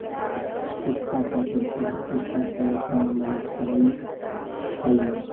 पिस्ता पाचनतंत्र के स्वस्थ रखे में मदद करई छई